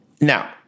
Now